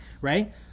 right